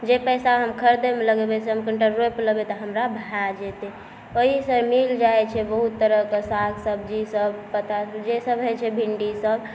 जे पैसा हम खरिदैमे लगेबै से हम कनिटा रोपि लेबै तऽ हमरा भऽ जेतै ओहीसँ मिल जाइ छै बहुत तरहके साग सब्जीसब पता जे सब होइ छै भिन्डीसब